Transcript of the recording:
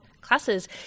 classes